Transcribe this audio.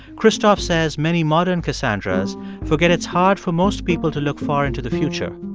christoph says many modern cassandras forget it's hard for most people to look far into the future.